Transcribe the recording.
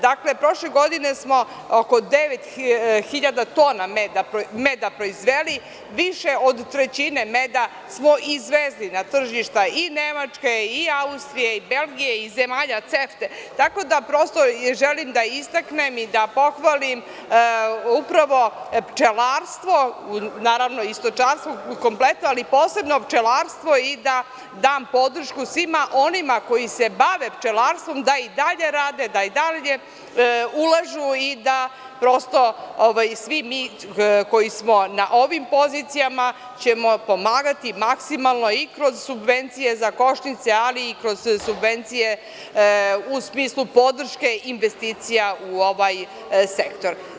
Dakle, prošle godine smo oko devet hiljada tona meda proizveli, više od trećine meda smo izvezli na tržišta i Nemačke i Austrije i Belgije i zemalja CEFTE, tako da prosto želim da istaknem i da pohvalim upravo pčelarstvo, naravno i stočarstvo kompletno, ali posebno pčelarstvo i da dam podršku svima onima koji se bave pčelarstvom da i dalje rade, da i dalje ulažu i da prosto svi mi koji smo na ovim pozicijama ćemo pomagati maksimalno i kroz subvencije za košnice, ali i kroz subvencije u smislu podrške investicija u ovaj sektor.